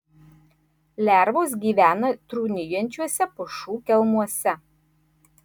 lervos gyvena trūnijančiuose pušų kelmuose